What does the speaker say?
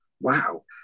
wow